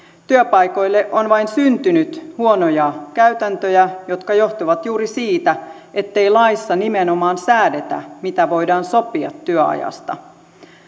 työpaikoille on vain syntynyt huonoja käytäntöjä jotka johtuvat juuri siitä ettei laissa nimenomaan säädetä mitä voidaan sopia työajasta